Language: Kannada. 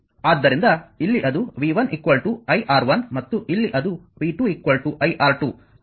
ಆದ್ದರಿಂದ ಇಲ್ಲಿ ಅದು v1 iR1 ಮತ್ತು ಇಲ್ಲಿ ಅದು v2iR2 ಅದು ಸಮೀಕರಣ 20 ಆಗಿದೆ